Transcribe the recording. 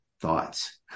thoughts